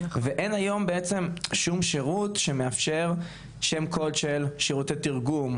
אין היום שום שירות שמאפשר שם קוד של שירותי תרגום,